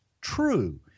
true